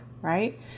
right